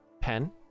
Pen